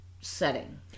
setting